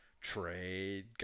trade